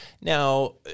Now